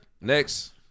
next